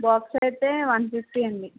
box అయితే one fifty అండి